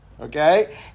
okay